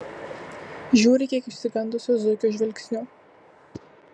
žiūri kiek išsigandusio zuikio žvilgsniu